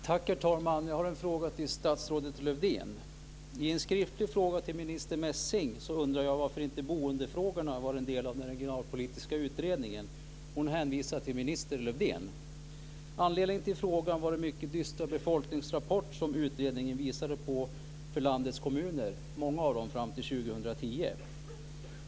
Herr talman! Jag har en fråga till statsrådet Lövdén. I en skriftlig fråga till minister Messing undrade jag varför inte boendefrågorna var en del av den regionalpolitiska utredningen. Hon hänvisade till minister Anledningen till frågan var den mycket dystra befolkningsprognos som utredningen visade på för många av landets kommuner fram till 2010.